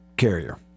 Carrier